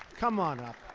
come on up.